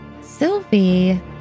Sylvie